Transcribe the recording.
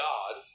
God